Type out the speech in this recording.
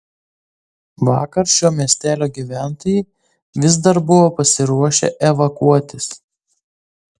vakar šio miestelio gyventojai vis dar buvo pasiruošę evakuotis